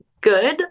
good